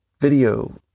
Video